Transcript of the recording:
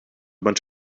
bunch